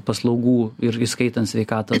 paslaugų ir įskaitant sveikatos